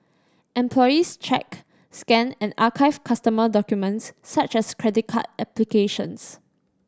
employees check scan and archive customer documents such as credit card applications